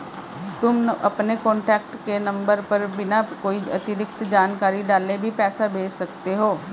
तुम अपने कॉन्टैक्ट के नंबर पर बिना कोई अतिरिक्त जानकारी डाले भी पैसे भेज सकते हो